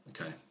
Okay